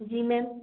जी ma'am